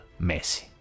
Messi